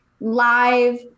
live